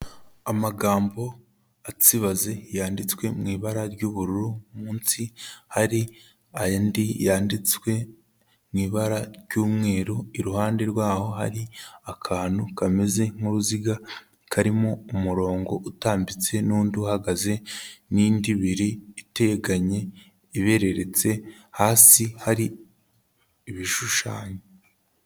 Amagambo atsibaze yanditswe mu ibara ry'ubururu, munsi hari andi yanditswe mu ibara ry'umweru, iruhande rwaho hari akantu kameze nk'uruziga, karimo umurongo utambitse n'undi uhagaze n'indi ibiri iteganye ibereretse, hasi hari ibishushanyo.